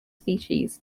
species